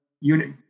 unit